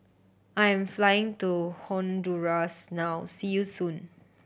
I'm flying to Honduras now see you soon